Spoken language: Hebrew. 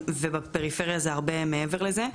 ובפריפריה זה הרבה מעבר לזה,